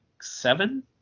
seven